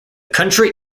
country